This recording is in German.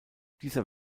dieser